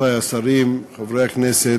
רבותי השרים, חברי הכנסת,